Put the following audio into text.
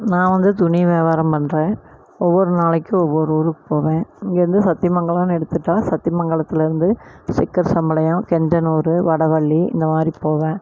நான் வந்து துணி வியாபாரம் பண்ணுறேன் ஒவ்வொரு நாளைக்கும் ஒவ்வொரு ஊருக்கு போவேன் இங்கேருந்து சத்தியமங்கலம்னு எடுத்துகிட்டா சத்தியமங்கலத்தில் இருந்து சிக்கரசம்பாளையம் கெஞ்சனூரு வடவள்ளி இந்த மாதிரி போவேன்